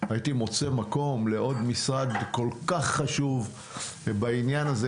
הייתי מוצא מקום לעוד משרד כל כך חשוב ובעניין הזה,